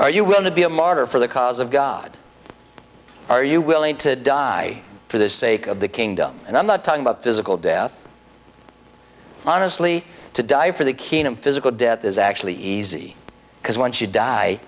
are you willing to be a martyr for the cause of god are you willing to die for the sake of the kingdom and i'm not talking about physical death honestly to die for the kenan physical death is actually easy because once you die